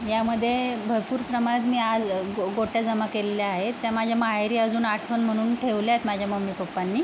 यामध्ये भरपूर प्रमाद्नी आज गो गोट्या जमा केलेल्या आहेत त्या माझ्या माहेरी अजून आठवण म्हणून ठेवल्या आहेत माझ्या मम्मी पप्पांनी